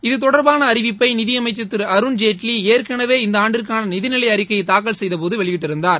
இத்தொடர்பான அறிவிப்பை நிதியமைச்சர் திரு அருண்ஜேட்லி ஏற்கனவே இந்த ஆண்டிற்கான நிதிநிலை அறிக்கையை தாக்கல் செய்தபோது வெளியிட்டிருந்தார்